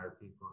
people